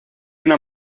una